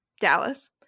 Dallas